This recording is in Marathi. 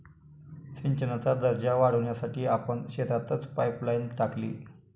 सिंचनाचा दर्जा वाढवण्यासाठी आपण शेतातच पाइपलाइन टाकली